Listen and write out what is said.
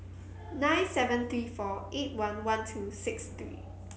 nine seven three four eight one one two six three